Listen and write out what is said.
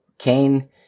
Cain